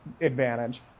advantage